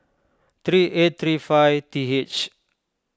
three eight three five th